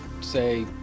say